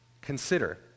consider